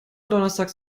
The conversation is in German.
donnerstags